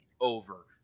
over